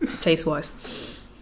taste-wise